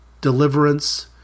deliverance